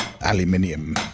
aluminium